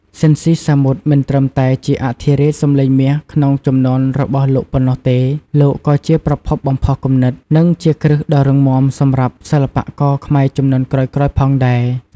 ស៊ីន ស៊ីសាមុត មិនត្រឹមតែជាអធិរាជសម្លេងមាសក្នុងជំនាន់របស់លោកប៉ុណ្ណោះទេ លោកក៏ជាប្រភពបំផុសគំនិត និងជាគ្រឹះដ៏រឹងមាំសម្រាប់សិល្បករខ្មែរជំនាន់ក្រោយៗផងដែរ ។